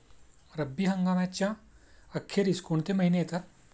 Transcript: रब्बी हंगामाच्या अखेरीस कोणते महिने येतात?